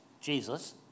Jesus